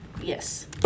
yes